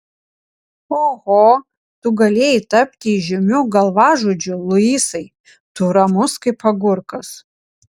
oho tu galėjai tapti įžymiu galvažudžiu luisai tu ramus kaip agurkas